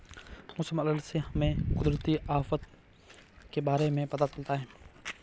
मौसम अलर्ट से हमें कुदरती आफत के बारे में पता चलता है